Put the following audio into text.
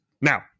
now